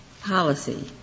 policy